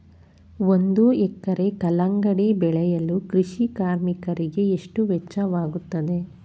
ಒಂದು ಎಕರೆ ಕಲ್ಲಂಗಡಿ ಬೆಳೆಯಲು ಕೃಷಿ ಕಾರ್ಮಿಕರಿಗೆ ಎಷ್ಟು ವೆಚ್ಚವಾಗುತ್ತದೆ?